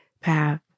path